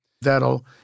that'll